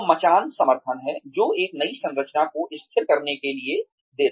तो मचान समर्थन है जो एक नई संरचना को स्थिर करने के लिए देता है